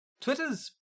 Twitter's